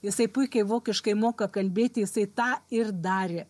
jisai puikiai vokiškai moka kalbėti jisai tą ir darė